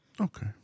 Okay